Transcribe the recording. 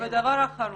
דבר אחרון.